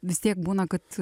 vis tiek būna kad